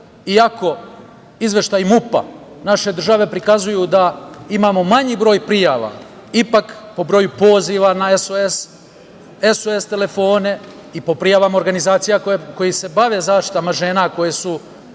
iako izveštaji MUP-a naše države prikazuju da imamo manji broj prijava, ipak po broju poziva na SOS telefona i po prijavama organizacijama koje se bave zaštitom žena koje su